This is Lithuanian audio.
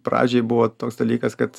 pradžiai buvo toks dalykas kad